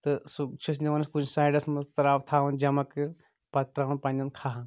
تہٕ سُہ چھُ أسۍ نِوان أسۍ کُنہِ سایڈس منٛز تراوان جمع کٔرِتھ پَتہٕ تراوان پَنٕنٮ۪ن کھہن